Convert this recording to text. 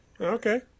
Okay